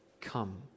come